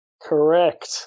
Correct